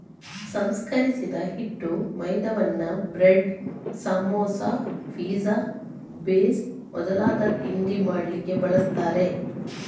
ಸಂಸ್ಕರಿಸಿದ ಹಿಟ್ಟು ಮೈದಾವನ್ನ ಬ್ರೆಡ್, ಸಮೋಸಾ, ಪಿಜ್ಜಾ ಬೇಸ್ ಮೊದಲಾದ ತಿಂಡಿ ಮಾಡ್ಲಿಕ್ಕೆ ಬಳಸ್ತಾರೆ